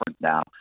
now